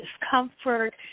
discomfort